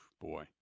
boy